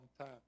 time